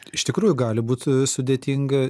iš tikrųjų gali būt sudėtinga